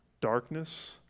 darkness